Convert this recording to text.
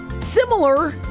Similar